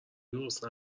درست